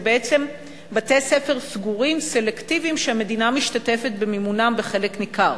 זה בעצם בתי-ספר סגורים סלקטיביים שהמדינה משתתפת במימונם בחלק ניכר.